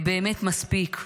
באמת מספיק.